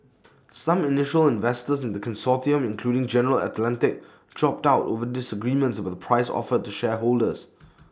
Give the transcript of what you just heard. some initial investors in the consortium including general Atlantic dropped out over disagreements about the price offered to shareholders